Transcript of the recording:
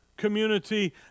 community